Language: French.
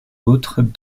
autres